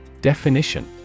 Definition